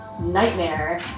nightmare